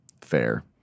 Fair